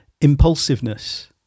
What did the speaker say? impulsiveness